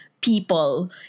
people